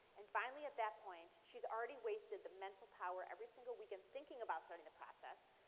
and finally at that point she's already wasted the mental power every single weekend thinking about starting the process.